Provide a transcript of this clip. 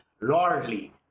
lordly